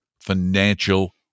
financial